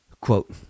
Quote